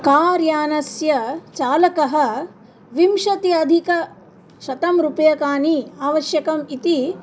कार्यानस्य चालकः विंशत्यधिकं शतं रूप्यकाणि आवश्यकम् इति